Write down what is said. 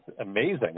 amazing